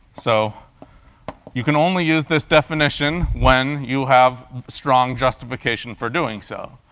so you can only use this definition when you have strong justification for doing so.